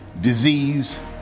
disease